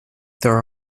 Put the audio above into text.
there